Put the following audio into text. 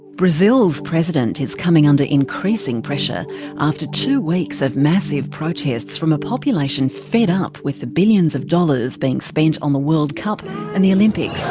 brazil's president is coming under increasing pressure after two weeks of massive protests from a population fed up with the billions of dollars being spent on the world cup and the olympics.